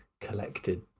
collected